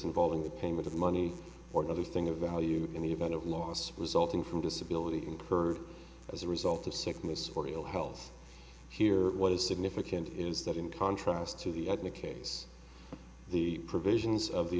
involving the payment of money or other thing of value in the event of loss resulting from disability incurred as a result of sickness for your health here what is significant is that in contrast to the aetna case the provisions of the